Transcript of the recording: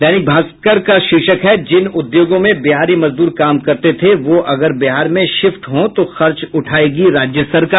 दैनिक भास्कर का शीर्षक है जिन उद्योगों में बिहारी मजदूर काम करते थे वो अगर बिहार में शिफ्ट हों तो खर्च उठायेगी राज्य सरकार